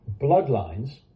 bloodlines